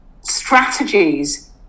strategies